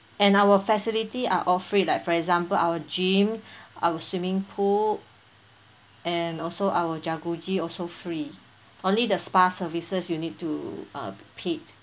and our facility are all free like for example our gym our swimming pool and also our jucuzzi also free only the spa services you need to uh paid